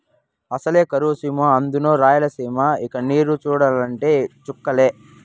అసలే కరువు సీమ అందునా రాయలసీమ ఇక నీరు చూడాలంటే చుక్కలే